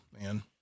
man